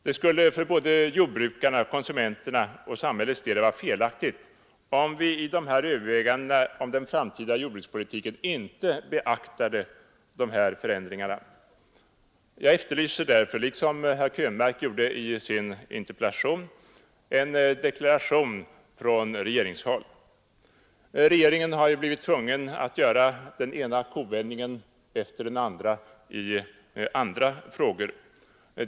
Det skulle för såväl jordbrukarna och konsumenterna som samhället vara felaktigt om vi i de här övervägandena inte beaktade dessa förändringar. Jag efterlyser därför, liksom herr Krönmark gjorde i sin interpellation, en deklaration från regeringshåll. Regeringen har blivit tvungen att göra den ena kovändningen efter den andra i olika frågor.